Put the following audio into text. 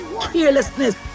carelessness